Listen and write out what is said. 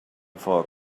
foc